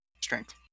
Strength